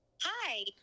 Hi